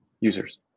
users